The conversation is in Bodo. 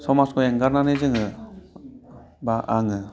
समाजखौ एंगारनानै जोङो बा आङो